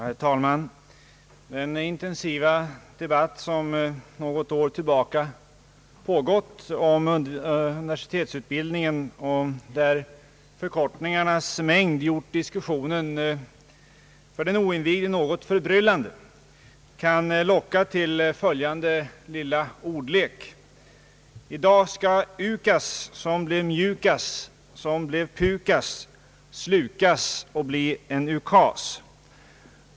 Herr talman! Förkortningarnas mängd i den intensiva debatt om universitetsutbildningen som pågått sedan något år tillbaka har gjort diskussionen något förbryllande för den oinvigde. Dessa förkortningar kan locka till följande lilla ordlek: I dag skall UKAS, som blev MJUKAS, som blev PUKAS slukas och bli en ukas.